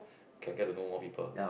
can get to know more people